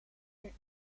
een